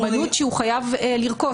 זאת מיומנות שהוא חייב לרכוש.